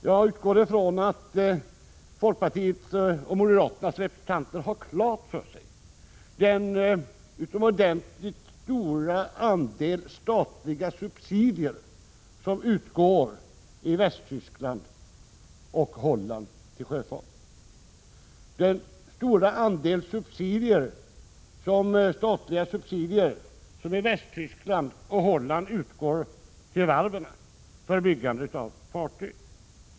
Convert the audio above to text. Jag utgår ifrån att folkpartiets och moderaternas representanter har klart för sig den utomordentligt stora andel statliga subsidier som i Västtyskland och Holland utgår till sjöfarten och till varven för byggande av fartyg.